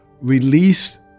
release